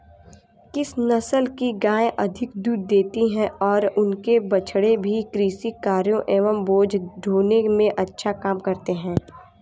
किस नस्ल की गायें अधिक दूध देती हैं और इनके बछड़े भी कृषि कार्यों एवं बोझा ढोने में अच्छा काम करते हैं?